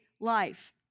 life